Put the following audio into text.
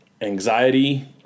anxiety